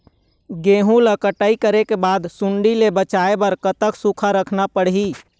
गेहूं ला कटाई करे बाद सुण्डी ले बचाए बर कतक सूखा रखना पड़ही?